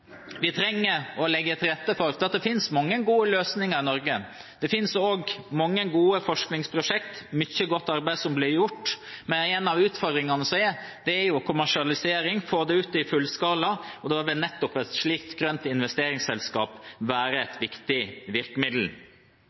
Vi trenger å legge til rette. Det finnes mange gode løsninger i Norge. Det finnes også mange gode forskningsprosjekter, det er mye godt arbeid som blir gjort. Men en av utfordringene er kommersialisering, å få det ut i fullskala. Da vil nettopp et slikt grønt investeringsselskap være et viktig virkemiddel.